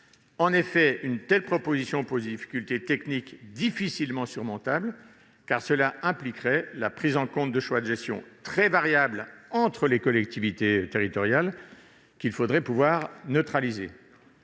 En effet, une telle proposition pose des difficultés techniques qu'il n'est pas aisé de surmonter, en ce que cela impliquerait la prise en compte de choix de gestion très variables entre les collectivités territoriales, qu'il faudrait pouvoir neutraliser.